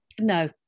no